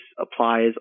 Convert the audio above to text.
applies